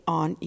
on